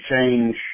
change